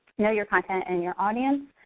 know your content and your audience.